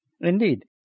Indeed